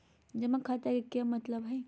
जमा खाता के का मतलब हई?